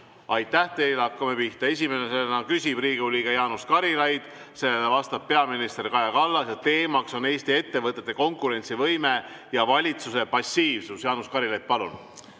Aitäh teile! Hakkame pihta. Esimesena küsib Riigikogu liige Jaanus Karilaid, vastab peaminister Kaja Kallas ja teema on Eesti ettevõtete konkurentsivõime ja valitsuse passiivsus. Jaanus Karilaid, palun!